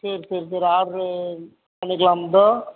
சரி சரி சரி ஆட்ரு பண்ணிக்கலாம் ப்ரோ